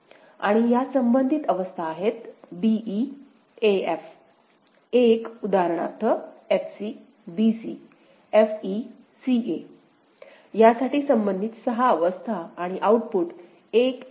आणि ह्या संबंधित अवस्था आहेत b e a f एक उदाहरणार्थ f c b c f e c a यासाठी संबंधित सहा अवस्था आणि आऊटपुट 1 1 0 1 0 0